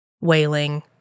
wailing